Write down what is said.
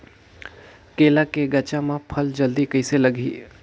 केला के गचा मां फल जल्दी कइसे लगही?